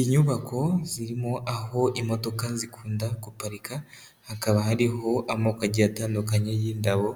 Inyubako zirimo aho imodoka zikunda guparika, hakaba hariho amoko agiye atandukanye y'indabo